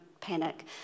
panic